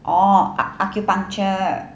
orh ac~ acupuncture